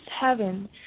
heaven